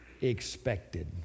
expected